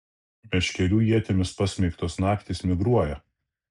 meškerių ietimis pasmeigtos naktys migruoja